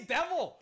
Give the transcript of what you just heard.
Devil